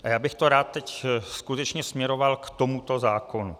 A já bych to rád teď skutečně směroval k tomuto zákonu.